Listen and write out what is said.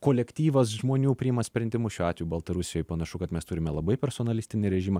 kolektyvas žmonių priima sprendimus šiuo atveju baltarusijoj panašu kad mes turime labai personalistinį režimą